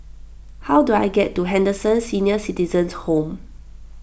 how do I get to Henderson Senior Citizens' Home